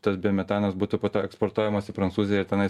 tas biometanas būtų po to eksportuojamas į prancūziją tenai